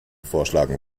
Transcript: vorschlagen